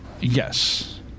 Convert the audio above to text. Yes